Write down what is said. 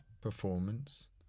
Performance